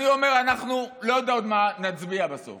אני אומר: אנחנו, אני עוד לא יודע מה נצביע בסוף